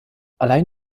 allein